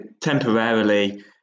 temporarily